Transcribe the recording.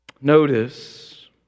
Notice